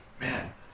man